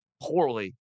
poorly